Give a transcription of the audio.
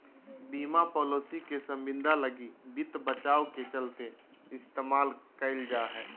बीमा पालिसी के संविदा लगी वित्त बचाव के चलते इस्तेमाल कईल जा हइ